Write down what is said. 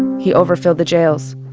he over filled the jails.